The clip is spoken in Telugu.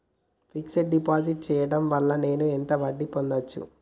ఫిక్స్ డ్ డిపాజిట్ చేయటం వల్ల నేను ఎంత వడ్డీ పొందచ్చు?